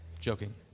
Joking